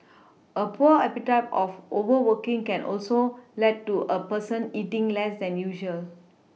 a poor appetite of overworking can also lead to a person eating less than usual